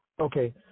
Okay